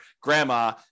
grandma